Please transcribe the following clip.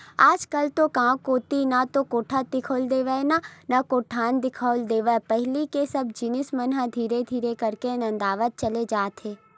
आजकल तो गांव कोती ना तो कोठा दिखउल देवय ना कोटना दिखउल देवय पहिली के सब जिनिस मन ह धीरे धीरे करके नंदावत चले जात हे